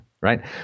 Right